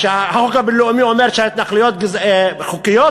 שהחוק הבין-לאומי אומר שההתנחלויות חוקיות?